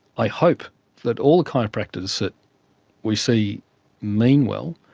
i hope that all chiropractors that we see mean well.